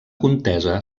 contesa